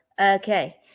Okay